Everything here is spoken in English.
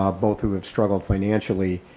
um both who have struggled financially,